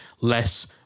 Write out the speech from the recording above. less